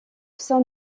sein